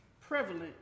prevalent